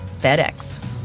FedEx